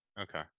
okay